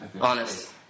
honest